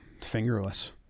fingerless